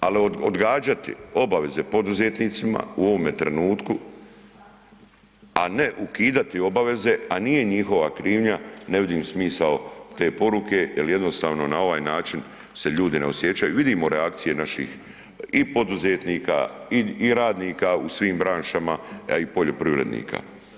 Al odgađati obaveze poduzetnicima u ovome trenutku, a ne ukidati obaveze, a nije njihova krivnja, ne vidim smisao te poruke jel jednostavno na ovaj način se ljudi ne osjećaju, vidimo reakcije naših i poduzetnika i radnika u svim branšama, a i poljoprivrednika.